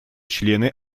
члены